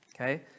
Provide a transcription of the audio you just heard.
Okay